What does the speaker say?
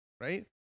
right